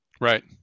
right